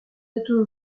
estes